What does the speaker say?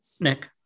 Nick